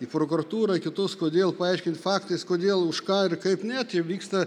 į prokuratūrą kitus kodėl paaiškint faktais kodėl už ką ir kaip ne taip vyksta